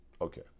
Okay